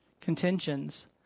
Contentions